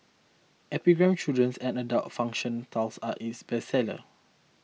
epigram's children's and adult fiction titles are its bestsellers